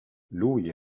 lui